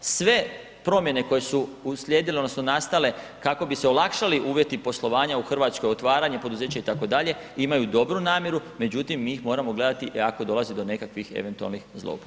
Sve promjene koje su uslijedile odnosno nastale kako bi se olakšali uvjeti poslovanja u Hrvatskoj, otvaranje poduzeća, itd. imaju dobru namjeru, međutim, mi ih moramo gledati ako dolaze do nekakvih eventualnih zloupotreba.